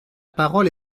parole